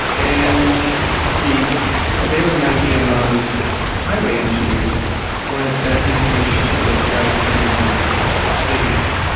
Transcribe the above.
and the prevailing idea among highway engineers was that these things should be built right into the hearts of cities.